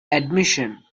admission